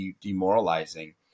demoralizing